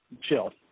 chill